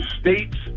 states